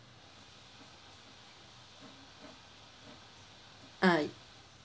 ah